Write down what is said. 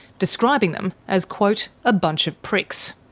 describing them as, quote, a bunch of pricks.